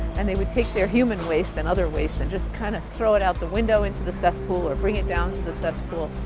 and they would take their human waste and other waste and just kind of throw it out the window into the cesspool or bring it down to the cesspool.